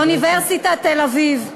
אוניברסיטת תל-אביב,